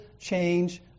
change